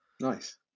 Nice